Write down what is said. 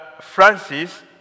Francis